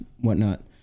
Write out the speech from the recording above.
whatnot